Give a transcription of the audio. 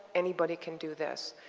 anybody can do this.